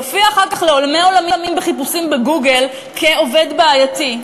יופיע אחר כך לעולמי עולמים בחיפושים ב"גוגל" כעובד בעייתי.